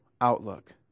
outlook